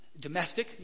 domestic